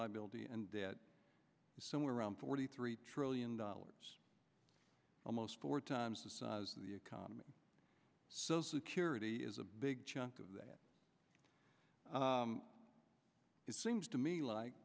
liability and dead somewhere around forty three trillion dollars almost four times the size of the economy so security is a big chunk of that it seems to me like